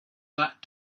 that